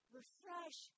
refresh